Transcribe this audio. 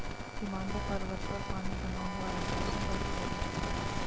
हिमालय पर्वत पर पानी जमा हुआ रहता है यह बर्फ कहलाती है